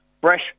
fresh